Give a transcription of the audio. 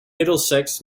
middlesex